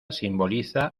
simboliza